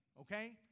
okay